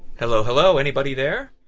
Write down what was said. hello. hello. anybody there?